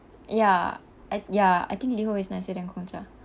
ya I ya I think liho who is nicer than gongcha